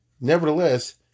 Nevertheless